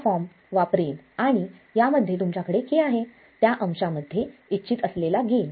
हा फॉर्म वापरेन आणि यामध्ये तुमच्याकडे k आहे त्या अंशामध्ये इच्छित असलेला गेन